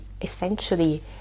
essentially